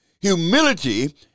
Humility